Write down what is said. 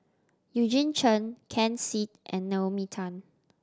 Eugene Chen Ken Seet and Naomi Tan